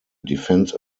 defense